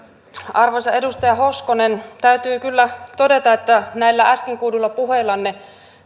arvoisa edustaja hoskonen täytyy kyllä todeta että näillä äsken kuulluilla puheillanne